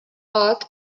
arc